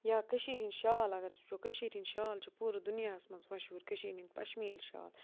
یا کٔشیٖرِ ہِنٛدۍ شال اَگر أسۍ وٕچھو کٔشیٖرِ ہِنٛدۍ شال چھِ پوٗرٕ دُنیاہَس مَنٛز مشہوٗر کٔشیٖرِ ہِنٛدۍ پَشمیٖل شال